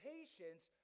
Patience